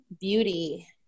beauty